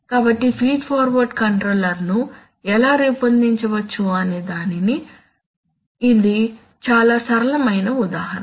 కాబట్టి feed forward కంట్రోలర్ను ఎలా రూపొందించవచ్చు అనే దానికి ఇది చాలా సరళమైన ఉదాహరణ